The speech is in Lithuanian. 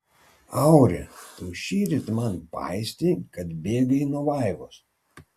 auri tu šįryt man paistei kad bėgai nuo vaivos